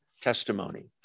testimony